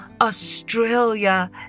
Australia